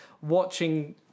watching